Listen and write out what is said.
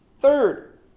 Third